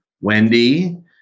Wendy